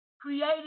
created